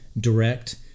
direct